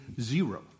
zero